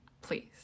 Please